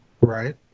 Right